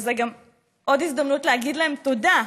וזאת גם עוד הזדמנות להגיד להם תודה.